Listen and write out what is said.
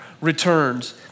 returns